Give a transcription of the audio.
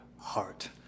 heart